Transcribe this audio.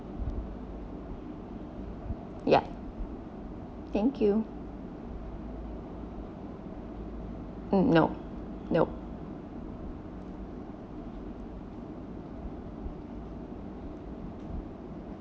ya thank you mm no no